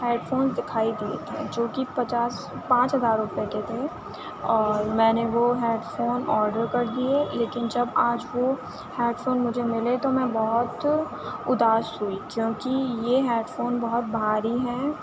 head phone دکھائی دئے تھے جو کہ پچاس پانچ ہزار روپے کے تھے اور میں نے وہ ہیڈ فون آڈر کر دیے لیکن جب آج وہ ہیڈ فون مجھے ملے تو میں بہت اُداس ہوئی کیوں کہ یہ ہیڈ فون بہت بھاری ہیں